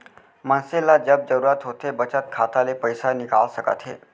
मनसे ल जब जरूरत होथे बचत खाता ले पइसा निकाल सकत हे